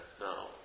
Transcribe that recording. no